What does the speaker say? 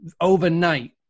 overnight